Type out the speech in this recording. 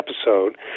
episode